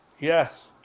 Yes